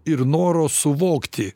ir noro suvokti